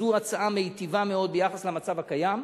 זו הצעה מיטיבה מאוד ביחס למצב הקיים,